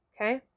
Okay